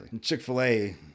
Chick-fil-A